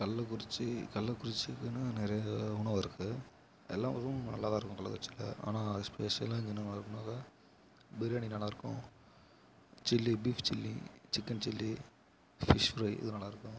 கள்ளக்குறிச்சி கள்ளக்குறிச்சிக்குனு நிறையா உணவு இருக்குது எல்லா உணவும் நல்லா தான் இருக்கும் கள்ளக்குறிச்சியில் ஆனால் எஸ்பெஷலாக இருக்குனாக்கால் பிரியாணி நல்லா இருக்கும் chilli beef chilli chicken chilli fish fry இது நல்லா இருக்கும்